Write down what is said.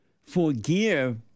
forgive